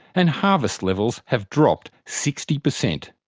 and harvest levels have dropped sixty percent.